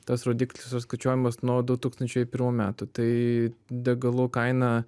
tas rodiklis suskaičiuojamas nuo du tūkstančiai pirmų metų tai degalų kaina